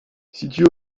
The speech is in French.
située